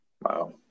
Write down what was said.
Wow